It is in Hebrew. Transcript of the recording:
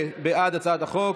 בעד הצעת החוק.